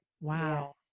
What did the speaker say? wow